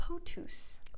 potus